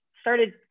started